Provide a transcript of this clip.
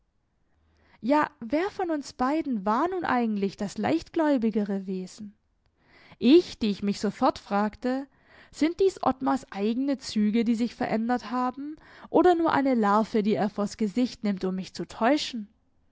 ja wer von uns beiden war nun eigentlich das leichtgläubigere wesen ich die ich mich sofort fragte sind dies ottmars eigene züge die sich verändert haben oder nur eine larve die er vors gesicht nimmt um mich zu täuschen